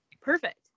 Perfect